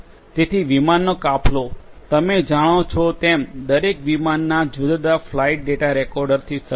તેથી વિમાનનો કાફલો તમે જાણો છો તેમ દરેક વિમાન જુદાજુદા ફ્લાઇટ ડેટા રેકોર્ડરથી સજ્જ છે